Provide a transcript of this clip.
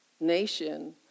nation